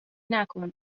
نکن